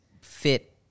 fit –